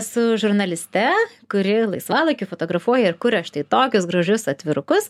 su žurnaliste kuri laisvalaikiu fotografuoja ir kuria štai tokius gražius atvirukus